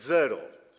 Zero.